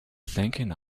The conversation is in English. thinking